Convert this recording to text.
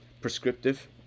prescriptive